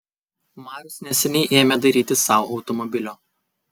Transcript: marius neseniai ėmė dairytis sau automobilio